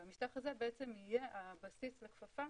והמשטח הזה יהיה הבסיס לכפפה